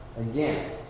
again